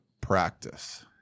practice